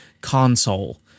console